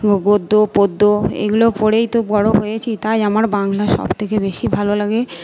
গদ্য পদ্য এগুলো পড়েই তো বড়ো হয়েছি তাই আমার বাংলা সব থেকে বেশি ভালো লাগে